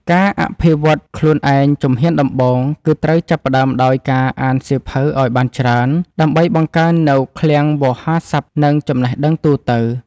ការអភិវឌ្ឍខ្លួនឯងជំហានដំបូង គឺត្រូវចាប់ផ្ដើមដោយការអានសៀវភៅឱ្យបានច្រើន ដើម្បីបង្កើននូវឃ្លាំងវោហារស័ព្ទ និងចំណេះដឹងទូទៅ។